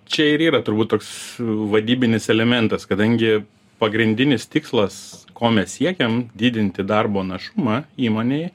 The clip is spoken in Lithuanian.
čia ir yra turbūt toks vadybinis elementas kadangi pagrindinis tikslas ko mes siekiam didinti darbo našumą įmonėj